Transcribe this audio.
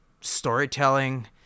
storytelling